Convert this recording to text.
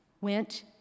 went